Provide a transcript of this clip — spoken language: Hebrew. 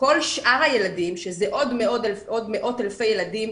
כל שאר הילדים שזה עוד מאות אלפי ילדים,